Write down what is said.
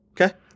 Okay